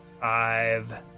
five